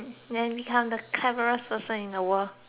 become the cleverest person in the world